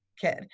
kid